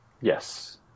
Yes